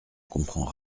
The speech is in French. comprends